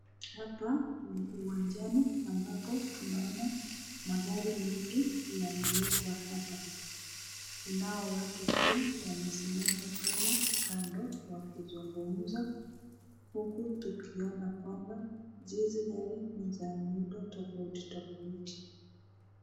Hapa ni uwanjani ambapo tunaona magari mengi yamewekwa hapa. Kunao watu pia wamesimsms pale kando wakizungumza huku tukiona kwamba jinsi gari ni za miundo tofauti tofauti.